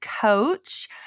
coach